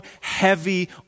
heavy